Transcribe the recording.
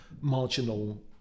marginal